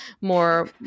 more